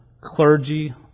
clergy